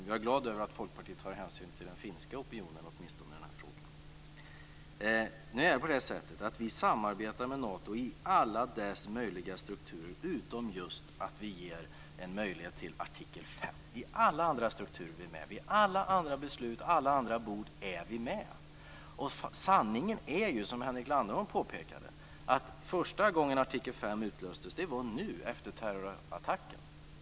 Jag är glad över att Folkpartiet åtminstone tar hänsyn till den finska opinionen i den frågan. Nu är det på det sättet att vi samarbetar med Nato i fråga om alla dess möjliga strukturer utom just att ge en möjlighet till artikel fem. I alla andra strukturer är vi med. Vid alla andra beslut, vid alla andra bord, är vi med. Sanningen är ju, som Henrik Landerholm påpekade, att första gången artikel fem utlöstes var nu, efter terrorattacken.